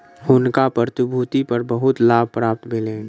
हुनका प्रतिभूति पर बहुत लाभ प्राप्त भेलैन